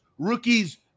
Rookies